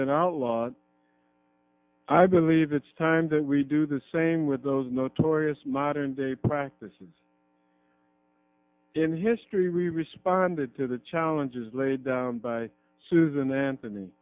been outlawed i believe it's time that we do the same with those notorious modern day practices in history we responded to the challenges laid by susan anthony